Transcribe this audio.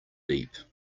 deep